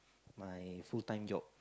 my full time job